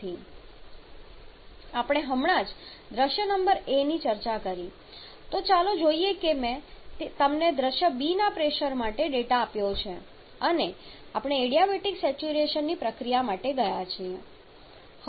આપણે હમણાં જ દૃશ્ય નંબર ની ચર્ચા કરી છે તો ચાલો જોઇએ કે મેં તમને દૃશ્ય ના પ્રેશર માટે ડેટા આપ્યો છે અને આપણે એડીયાબેટિક સેચ્યુરેશનની પ્રક્રિયા માટે ગયા છીએ